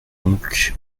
donc